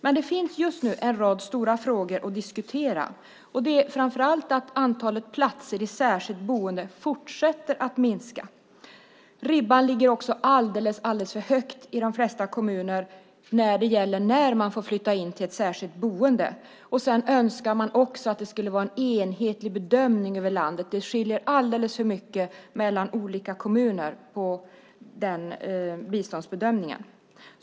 Just nu finns det en rad stora frågor att diskutera, framför allt att antalet platser i särskilt boende fortsätter att minska. Ribban ligger alldeles för högt i de flesta kommunerna då det gäller när man får flytta till ett särskilt boende. Man önskar en enhetlig bedömning över landet. Det skiljer alldeles för mycket mellan olika kommuner i fråga om biståndsbedömningen.